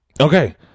okay